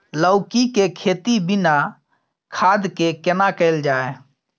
लौकी के खेती बिना खाद के केना कैल जाय?